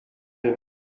him